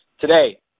today